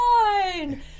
fine